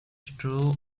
true